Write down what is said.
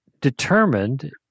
determined